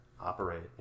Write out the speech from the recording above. operate